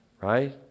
Right